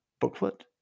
booklet